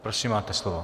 Prosím, máte slovo.